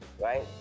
right